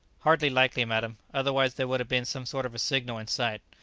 hardly likely, madam otherwise there would have been some sort of a signal in sight.